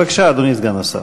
בבקשה, אדוני סגן השר.